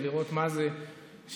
ולראות מה זה שמשרדך,